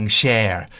share